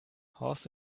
horst